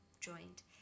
joined